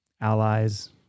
allies